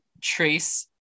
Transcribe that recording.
trace